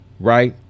Right